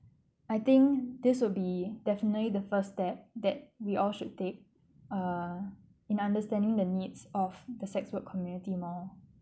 I think this would be definitely the first step that we all should take err in understanding the needs of the sex work community more